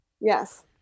yes